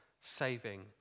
saving